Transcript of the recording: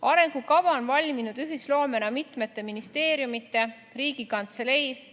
Arengukava on valminud ühisloomena, mitmete ministeeriumide, Riigikantselei,